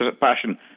passion